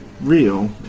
real